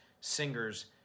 singers